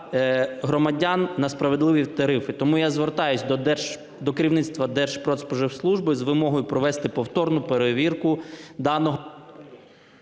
громадян на справедливі тарифи. Тому я звертаюсь до керівництва Держпродспоживслужби з вимогою провести повторну перевірку даного…